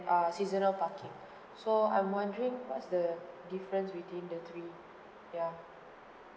err seasonal parking so I'm wondering what's the difference between the three yeah